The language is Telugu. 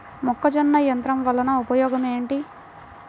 మొక్కజొన్న యంత్రం వలన ఉపయోగము ఏంటి?